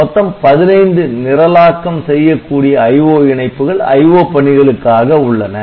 மொத்தம் 15 நிரலாக்கம் செய்யக்கூடிய IO இணைப்புகள் IO பணிகளுக்காக உள்ளன